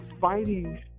fighting